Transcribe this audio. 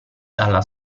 dalla